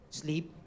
sleep